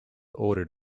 ordered